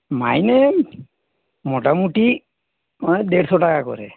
মাইনে এই মোটামুটি দেড়শো টাকা করে